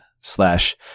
slash